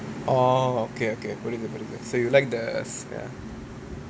orh okay okay புரிது புரிது:purithu purithu so you like the ya